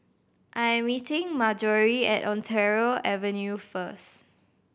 I am meeting Marjorie at Ontario Avenue first